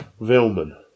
Vilman